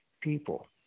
people